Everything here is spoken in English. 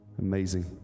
amazing